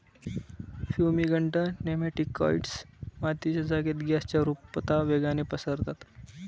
fumigant nematicides मातीच्या जागेत गॅसच्या रुपता वेगाने पसरतात